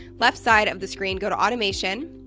left side of the screen go to automation,